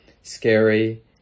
scary